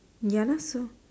ya lah so